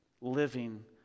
living